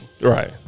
Right